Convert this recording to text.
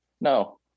No